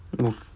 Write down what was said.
oo